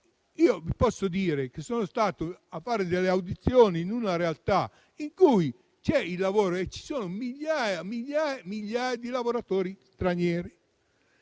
vi posso dire che sono stato a fare delle audizioni in una realtà in cui c'è il lavoro e ci sono migliaia di lavoratori stranieri.